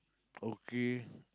okay